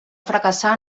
fracassar